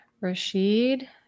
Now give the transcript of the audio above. Rashid